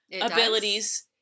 abilities